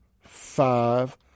five